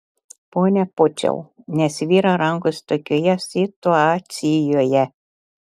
pone pociau nesvyra rankos tokioje situacijoje